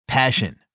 Passion